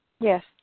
Yes